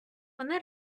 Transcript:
вони